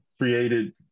created